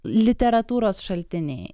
literatūros šaltiniai